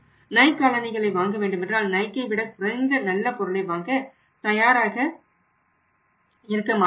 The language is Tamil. நைக் காலணிகளை வாங்க வேண்டுமென்றால் நைக்கை விட குறைந்த நல்ல பொருளை வாங்க தயாராக இருக்கமாட்டார்